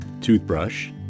toothbrush